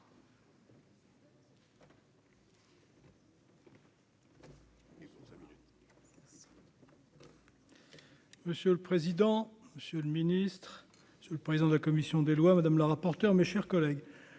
Monsieur le président, Monsieur le Ministre, le président de la commission des lois, madame la rapporteure, mes chers collègues